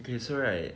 okay so right